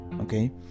Okay